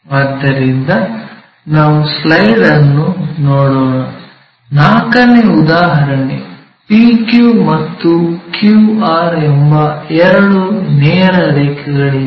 ಆದ್ದರಿಂದ ನಾವು ಸ್ಲೈಡ್ ಅನ್ನು ನೋಡೋಣ 4 ನೇ ಉದಾಹರಣೆ PQ ಮತ್ತು QR ಎಂಬ ಎರಡು ನೇರ ರೇಖೆಗಳಿವೆ